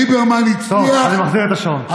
ליברמן הצליח, אני מפעיל את השעון.